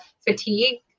fatigue